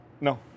No